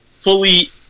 fully